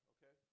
Okay